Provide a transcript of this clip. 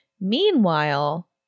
Meanwhile